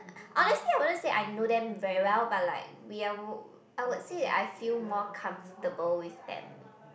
honestly I wouldn't say I know them very well but like we are I would say I feel more comfortable with them